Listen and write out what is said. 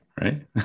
right